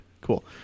Cool